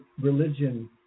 religion